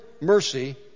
mercy